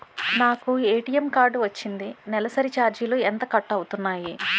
నాకు ATM card వచ్చింది నెలసరి ఛార్జీలు ఎంత కట్ అవ్తున్నాయి?